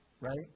right